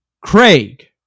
Craig